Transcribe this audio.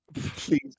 Please